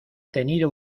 tenido